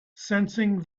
sensing